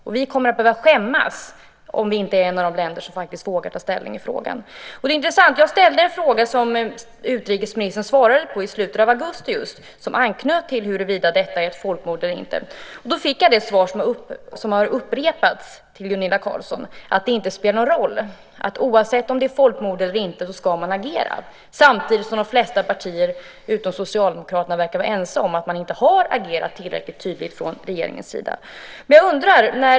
Och vi kommer att behöva skämmas om vi inte är ett av de länder som vågar ta ställning i frågan. Jag ställde en fråga som utrikesministern svarade på i slutet av augusti som just anknöt till huruvida detta är ett folkmord eller inte. Då fick jag det svar som har upprepats till Gunilla Carlsson, att oavsett om det är folkmord eller inte ska man agera, samtidigt som de flesta partier utom Socialdemokraterna verkar vara ense om att man inte har agerat tillräckligt tydligt från regeringens sida.